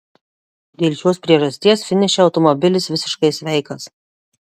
dėl šios priežasties finiše automobilis visiškai sveikas